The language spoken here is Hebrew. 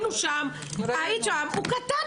ההר הזה קטן